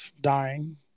dying